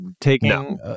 taking